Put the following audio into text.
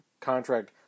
contract